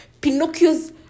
Pinocchio's